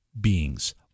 beings